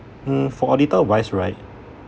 mm for auditor wise right